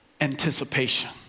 anticipation